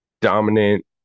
dominant